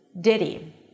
Diddy